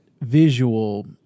visual